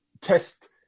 test